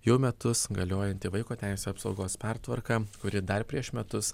jau metus galiojanti vaiko teisių apsaugos pertvarka kuri dar prieš metus